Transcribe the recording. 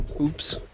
Oops